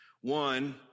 One